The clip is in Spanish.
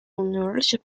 numerosas